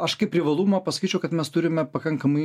aš kaip privalumą pasakyčiau kad mes turime pakankamai